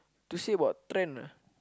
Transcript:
to say about trend ah